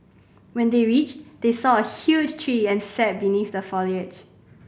when they reached they saw a huge tree and sat beneath the foliage